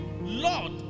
Lord